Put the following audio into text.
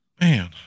man